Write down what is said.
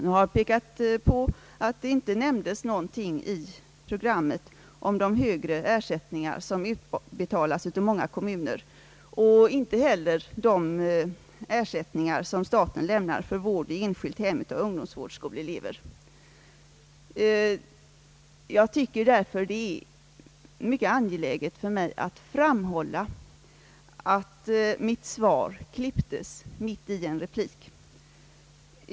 Hon har påpekat att det inte nämndes någonting i programmet om de högre ersättningar som utbetalas av många kommuner och inte heller om de ersättningar som staten lämnar för vård i enskilt hem av ungdomsvårdsskoleelever. Jag anser det därför mycket angeläget att framhålla att mitt svar klippies mitt i en replik.